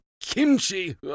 kimchi